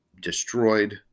destroyed